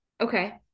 Okay